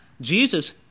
Jesus